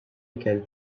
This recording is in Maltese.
ikel